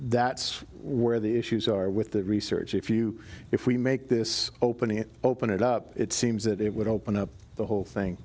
that's where the issues are with the research if you if we make this opening it open it up it seems that it would open up the whole